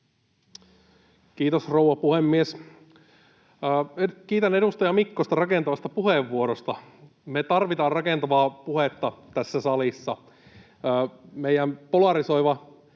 Kiitos, rouva puhemies! Kiitän edustaja Mikkosta rakentavasta puheenvuorosta. Me tarvitaan rakentavaa puhetta tässä salissa. Meidän polarisoiva